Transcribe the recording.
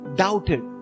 doubted